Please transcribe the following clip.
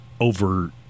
over